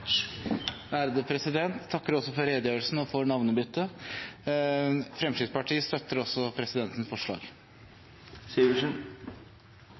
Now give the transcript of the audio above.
Norheim. Jeg takker også for redegjørelsen – og for navnebyttet! Fremskrittspartiet støtter også presidentens forslag.